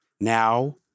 now